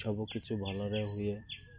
ସବୁକିଛି ଭଲରେ ହୁଏ